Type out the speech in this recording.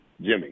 Jimmy